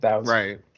Right